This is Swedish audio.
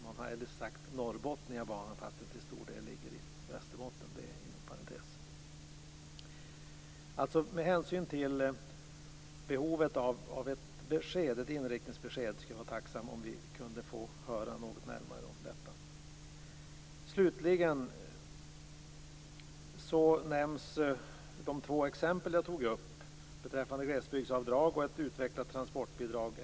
Man har eljest sagt Norrbotniabanan, fast den till stor del ligger i Västerbotten - detta sagt inom parentes. Med hänsyn till behovet av ett inriktningsbesked skulle jag alltså vara tacksam om vi kunde få höra något närmare om detta. Slutligen nämns de två exempel jag tog upp beträffande glesbygdsavdrag och ett utvecklat transportbidrag.